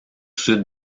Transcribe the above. sud